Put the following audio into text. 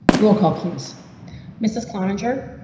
roll call please mrs cloninger.